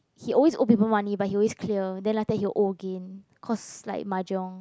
he always owe people money but he always clear then later he will owe again cause like mahjong